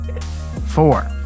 Four